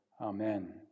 Amen